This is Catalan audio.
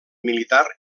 militar